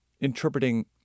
interpreting